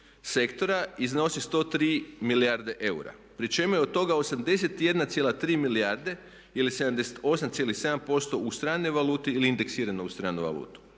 sektora iznosi 103 milijarde eura, pri čemu je od toga 81,3 milijarde ili 78,7% u stranoj valuti ili indeksirano u stranu valutu.